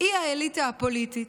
היא האליטה הפוליטית,